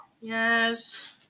Yes